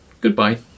goodbye